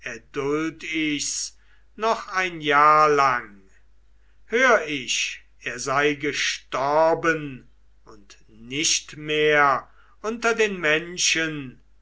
noch ein jahr lang hör ich er sei gestorben und nicht mehr unter den menschen